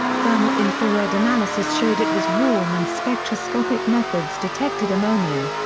thermal infrared analysis showed it was warm and spectroscopic methods detected ammonia.